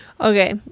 okay